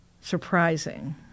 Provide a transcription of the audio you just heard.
surprising